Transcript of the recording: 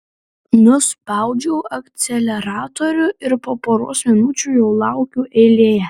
nuspaudžiu akceleratorių ir po poros minučių jau laukiu eilėje